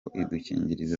udukingirizo